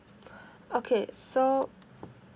okay so